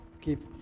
keep